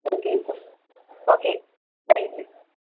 okay ப okay thank you